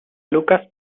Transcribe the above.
lucas